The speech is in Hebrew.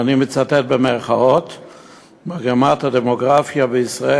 ואני מצטט: "מגמת הדמוגרפיה בישראל,